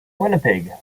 winnipeg